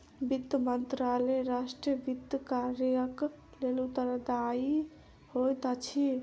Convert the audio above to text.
वित्त मंत्रालय राष्ट्र वित्त कार्यक लेल उत्तरदायी होइत अछि